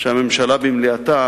שהממשלה במליאתה